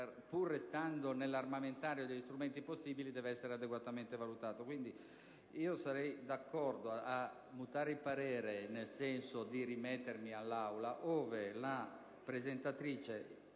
pur restando nel novero degli strumenti possibili, deve essere adeguatamente valutato. Sarei dunque d'accordo nel mutare il parere nel senso di rimettermi all'Aula, ove la presentatrice